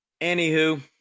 anywho